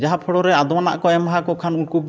ᱡᱟᱦᱟᱸ ᱯᱷᱚᱲᱚᱨᱮ ᱟᱫᱚᱣᱟᱱᱟᱜ ᱠᱚ ᱮᱢᱟᱠᱚ ᱠᱷᱟᱱ ᱩᱱᱠᱩ